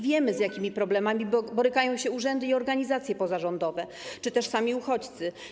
Wiemy, z jakimi problemami borykają się urzędy, organizacje pozarządowe czy też sami uchodźcy.